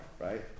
Right